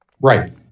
Right